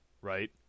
right